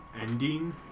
ending